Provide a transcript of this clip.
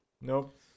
Nope